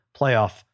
playoff